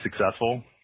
successful